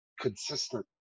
consistent